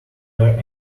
where